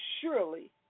surely